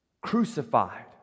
Crucified